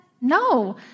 No